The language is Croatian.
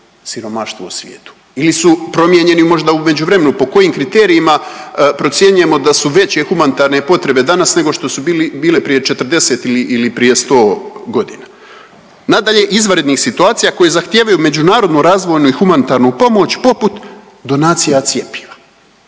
siromaštvo u svijetu ili su promijenjeni možda u međuvremenu po kojim kriterijima procjenjujemo da su veće humanitarne potrebe danas nego što su bile prije 40 ili prije 100 godina. Nadalje, izvanrednih situacija koje zahtijevaju međunarodnu razvojnu i humanitarnu pomoć poput donacija cjepiva.